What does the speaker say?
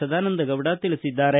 ಸದಾನಂದಗೌಡ ತಿಳಿಸಿದ್ದಾರೆ